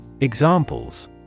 Examples